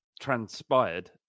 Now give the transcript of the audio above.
transpired